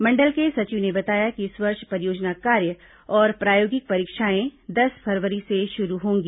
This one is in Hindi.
मंडल के सचिव ने बताया कि इस वर्ष परियोजना कार्य और प्रायोगिक परीक्षाएं दस फरवरी से शुरू होंगी